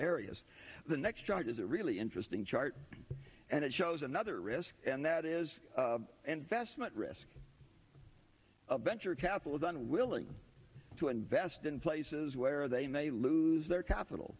areas the next truck is a really interesting chart and it shows another risk and that is and vestment risk of venture capital is unwilling to invest in places where they may lose their capital